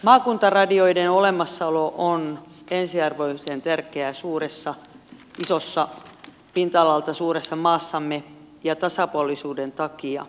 maakuntaradioiden olemassaolo on ensiarvoisen tärkeää pinta alaltaan suuressa maassamme ja tasapuolisuuden takia